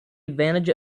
advantage